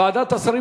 ועדת השרים,